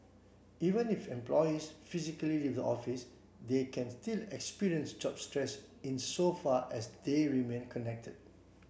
even if employees physically leave the office they can still experience job stress insofar as they remain connected